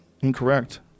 Incorrect